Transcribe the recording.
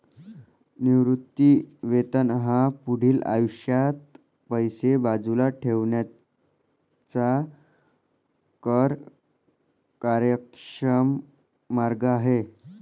निवृत्ती वेतन हा पुढील आयुष्यात पैसे बाजूला ठेवण्याचा कर कार्यक्षम मार्ग आहे